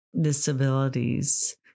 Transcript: disabilities